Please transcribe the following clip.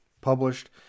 published